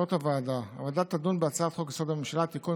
סמכויות הוועדה: הוועדה תדון בהצעת חוק-יסוד: הממשלה (תיקון,